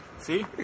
See